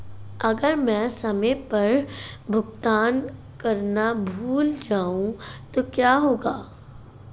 अगर मैं समय पर भुगतान करना भूल जाऊं तो क्या होगा?